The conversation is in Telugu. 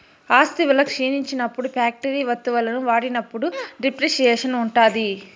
ఆస్తి విలువ క్షీణించినప్పుడు ఫ్యాక్టరీ వత్తువులను వాడినప్పుడు డిప్రిసియేషన్ ఉంటాది